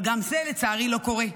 אבל גם זה, לצערי, לא קורה.